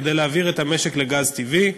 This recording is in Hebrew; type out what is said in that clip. כדי להעביר את המשק לגז טבעי.